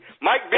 Mike